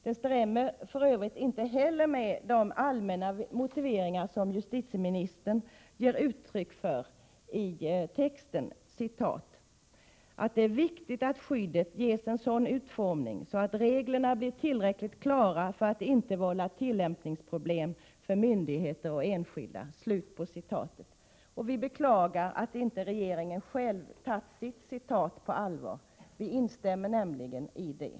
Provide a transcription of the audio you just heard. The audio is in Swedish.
Den stämmer för övrigt inte heller med de allmänna motiveringar som justitieministern ger uttryck för, bl.a. ”att det är viktigt att skyddet ges en sådan utformning så att reglerna blir tillräckligt klara för att inte vålla tillämpningsproblem för myndigheter och enskilda”. Vi beklagar att inte regeringen själv tar detta uttalande på allvar. Vi instämmer nämligen i det.